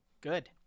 good